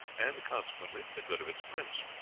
and, consequently, for the good of its prince.